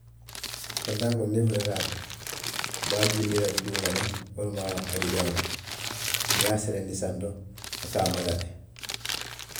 Kontaakoo niŋ i futata a ma, i be a jiindi la duuma le, wo lemu a dibeŋo ti, niŋ i ye selendi santo, wo ka a mala le